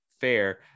fair